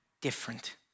different